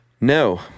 No